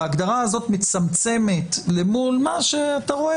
וההגדרה הזאת מצמצמת למול מה שאתה רואה